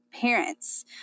parents